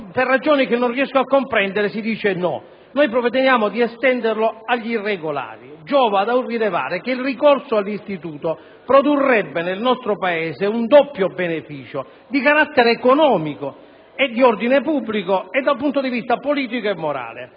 per ragioni che non riesco a comprendere, si rigetta. Proponiamo di estendere il rimpatrio assistito agli irregolari e giova rilevare che il ricorso all'istituto produrrebbe nel nostro Paese un doppio beneficio, di carattere economico e di ordine pubblico e da un punto di vista politico e morale.